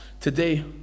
today